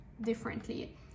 differently